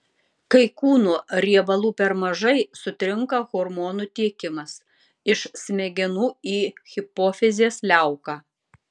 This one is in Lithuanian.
kai kūno riebalų per mažai sutrinka hormonų tiekimas iš smegenų į hipofizės liauką